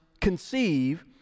conceive